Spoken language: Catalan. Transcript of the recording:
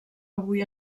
avui